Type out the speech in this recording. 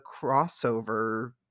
crossover